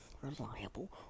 reliable